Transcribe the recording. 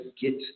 get